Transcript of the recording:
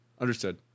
Understood